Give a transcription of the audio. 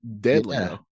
deadly